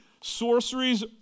sorceries